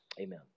amen